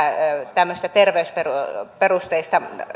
tämmöistä terveysperusteista